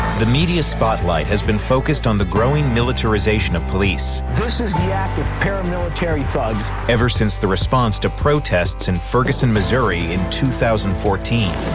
the media spotlight has been focused on the growing militarization of police this is the act of paramilitary thugs! ever since the response to protests in ferguson, missouri in two thousand and fourteen.